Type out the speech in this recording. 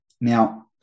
now